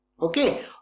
okay